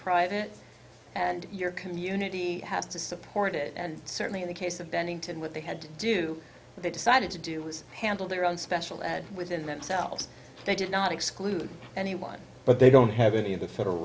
private and your community has to support it and certainly in the case of bennington what they had to do they decided to do was handle their own special and within themselves they did not exclude anyone but they don't have any of the federal